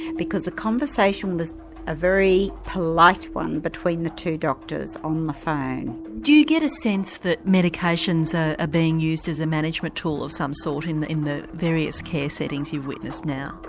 because the conversation was a very polite one between the two doctors on the phone. do you get a sense that medications are being used as a management tool of some sort in the in the various care settings you've witnessed now?